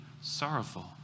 sorrowful